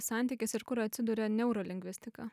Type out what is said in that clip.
santykis ir kur atsiduria neurolingvistika